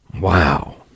Wow